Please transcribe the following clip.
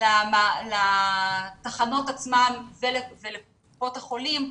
לתחנות עצמן ולקופות החולים,